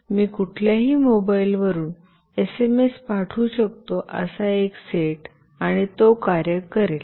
मी कुठल्याही मोबाइलवरून एसएमएस पाठवू शकतो असा एक सेट आणि तो कार्य करेल